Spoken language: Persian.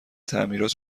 تعمیرات